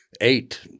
eight